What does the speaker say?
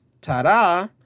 ta-da